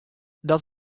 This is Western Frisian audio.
dat